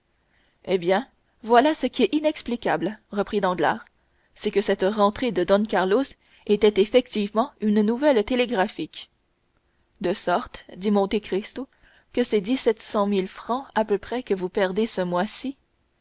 eh bien voilà ce qui est inexplicable reprit danglars c'est que cette rentrée de don carlos était effectivement une nouvelle télégraphique en sorte dit monte cristo que c'est dix-sept cent mille francs à peu près que vous perdez ce mois-ci